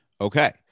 Okay